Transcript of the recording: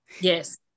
Yes